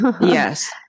Yes